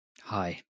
Hi